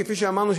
כפי שאמרנו,